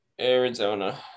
Arizona